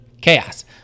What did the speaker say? chaos